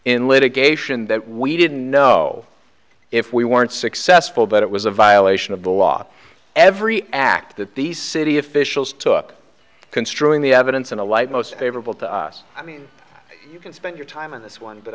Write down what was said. in litigation that we didn't know if we weren't successful but it was a violation of the law every act that these city officials took construing the evidence in the light most favorable to us i mean you can spend your time on this one but